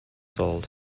sold